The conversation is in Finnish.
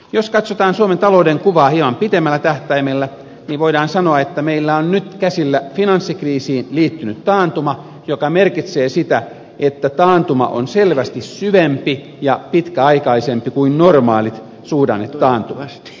jos katsotaan suomen talouden kuvaa hieman pidemmällä tähtäimellä niin voidaan sanoa että meillä on nyt käsillä finanssikriisiin liittynyt taantuma mikä merkitsee sitä että taantuma on selvästi syvempi ja pitkäaikaisempi kuin normaalit suhdannetaantumat